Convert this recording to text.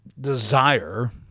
desire